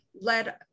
led